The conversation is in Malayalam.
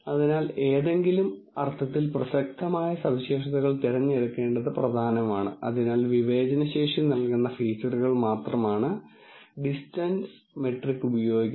അതിനാൽ ഏതെങ്കിലും അർത്ഥത്തിൽ പ്രസക്തമായ സവിശേഷതകൾ തിരഞ്ഞെടുക്കേണ്ടത് പ്രധാനമാണ് അതിനാൽ വിവേചന ശേഷി നൽകുന്ന ഫീച്ചറുകൾ മാത്രമാണ് ഡിസ്റ്റൻസ് മെട്രിക് ഉപയോഗിക്കുന്നത്